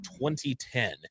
2010